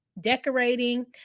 decorating